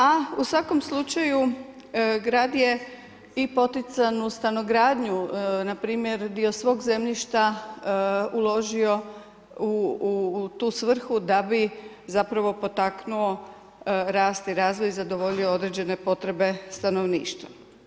A u svakom slučaju grad je i potican u stanogradnju, npr. dio svog zemljišta uložio u tu svrhu da bi zapravo potaknuo rast i razvoj i zadovoljio određene potrebe stanovništva.